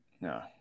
No